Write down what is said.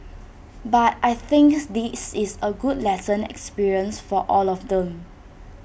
but I think this is A good lesson experience for all of them